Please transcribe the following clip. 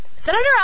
Senator